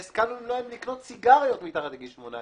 והשכלנו למנוע מהם לקנות סיגריות מתחת לגיל 18,